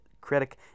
critic